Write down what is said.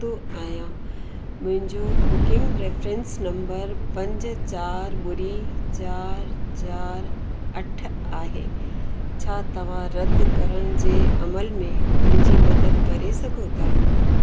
दो आहियां मुंहिंजो booking reference number पंज चार ॿुड़ी चारि चारि अठ आहे छा तव्हां रद्द करण जे अमल में मुंहिंजी मदद करे सघो था